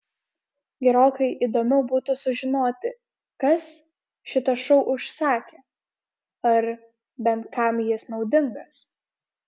gerokai įdomiau būtų sužinoti kas šitą šou užsakė ar bent kam jis naudingas